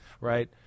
right